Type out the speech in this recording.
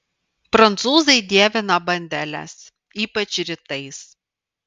prancūzai dievina bandeles ypač rytais